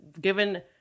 given